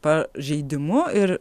pažeidimu ir